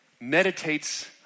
meditates